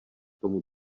tomu